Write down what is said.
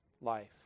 life